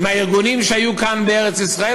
מהארגונים שהיו כאן בארץ-ישראל,